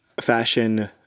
fashion